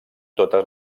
totes